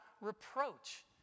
reproach